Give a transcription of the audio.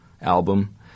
album